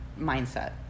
mindset